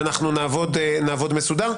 ואנחנו נעבוד מסודר.